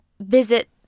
visit